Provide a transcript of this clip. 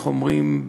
איך אומרים,